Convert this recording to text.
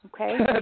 Okay